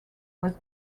was